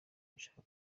nshaka